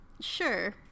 Sure